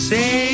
Say